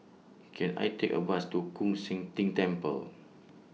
Can I Take A Bus to Koon Seng Ting Temple